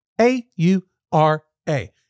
A-U-R-A